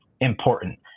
important